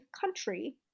country